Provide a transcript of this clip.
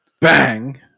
Bang